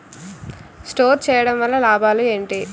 Store చేయడం వల్ల లాభాలు ఏంటి?